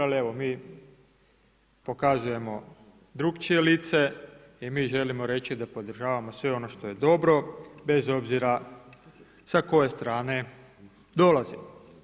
Ali evo mi pokazujemo drukčije lice i mi želimo reći da podržavamo sve ono što je dobro, bez obzira sa koje strane dolazimo.